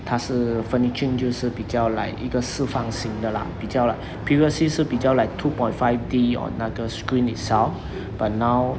它是分均就是比较 like 一个四方形的 lah 比较 like previously 是比较 like two point five D on 那个 screen itself but now